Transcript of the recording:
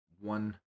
one